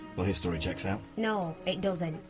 well his story checks out. no it doesn't!